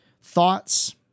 Thoughts